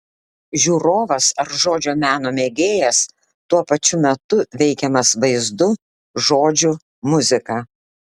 žiūrovas ar žodžio meno mėgėjas tuo pačiu metu veikiamas vaizdu žodžiu muzika